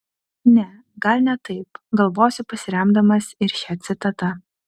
ne gal ne taip galvosiu pasiremdamas ir šia citata